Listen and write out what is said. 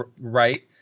right